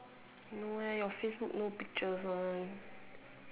no eh your Facebook no picture also